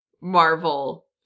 Marvel